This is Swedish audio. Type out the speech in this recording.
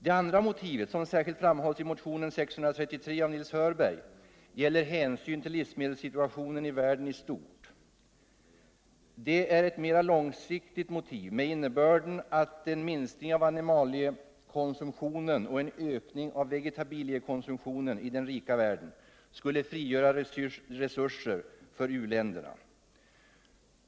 Det andra motivet, som särskilt framhålls i motionen 633 av Nils Hörberg, gäller hänsyn till livsmedelssituationen i världen i stort. Det är ett mera långsiktigt motiv med innebörden att en minskning av animaliekonsumtionen och en ökning av vegetabilickonsumtionen i den rika världen skulle frigöra resurser för u-länderna.